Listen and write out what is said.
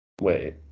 Wait